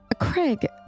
Craig